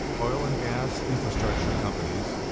oil and gas infrastructure companies,